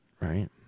right